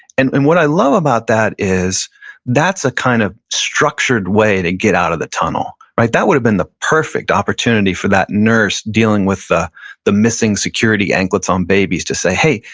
and and what i love about that is that's a kind of structured way to get out of the tunnel. that would have been the perfect opportunity for that nurse dealing with the the missing security anklets on babies to say, hey,